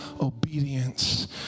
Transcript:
obedience